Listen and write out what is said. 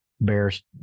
Bears